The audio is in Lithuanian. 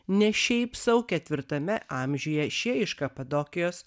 ne šiaip sau ketvirtame amžiuje šie iš kapadokijos